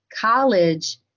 college